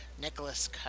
Nicholas